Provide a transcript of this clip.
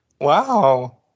Wow